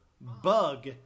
bug